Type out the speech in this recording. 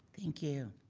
thank you.